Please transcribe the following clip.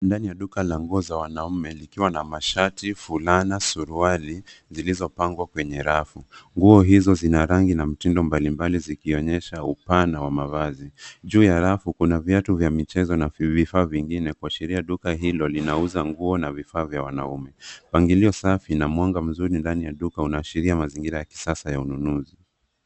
Ndani ya duka la nguo za wanaume likiwa na mashati,i fulani, suruali zilizopangwa kwenye rafu. Nguo hizo zina rangi na mtindo mbalimbali zikionyesha upana wa mavazi. Juu ya rafu kuna viatu vya michezo na vifaa vingine kwa ashiria duka hilo linauza nguo na vifaa vya wanaume. Mpangilio safi na mwanga mzuri ndani ya duka unaashiria mazingira ya kisasa ya ununuzi.